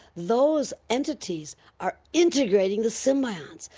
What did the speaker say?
those entities are integrating the symbionts.